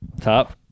Top